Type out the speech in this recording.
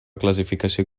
classificació